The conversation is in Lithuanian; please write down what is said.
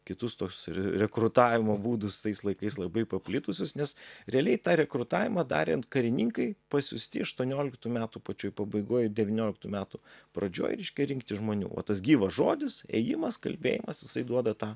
kitus tuos re rekrutavimo būdus tais laikais labai paplitusius nes realiai tą rekrutavimą darė karininkai pasiųsti aštuonioliktų metų pačioj pabaigoj devynioliktų metų pradžioj reiškia rinkti žmonių va tas gyvas žodis ėjimas kalbėjimas jisai duoda tą